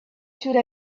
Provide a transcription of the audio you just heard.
should